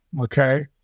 Okay